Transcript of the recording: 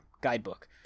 guidebook